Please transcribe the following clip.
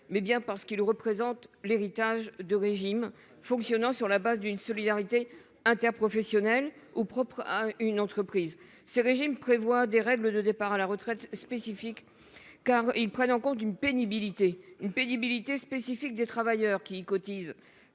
pas des privilèges : ils représentent l'héritage de régimes fonctionnant sur la base d'une solidarité interprofessionnelle ou propre à une entreprise. Ils prévoient des règles de départ à la retraite spécifiques, car ils prennent en compte une pénibilité spécifique à laquelle les travailleurs qui cotisent